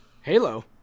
Halo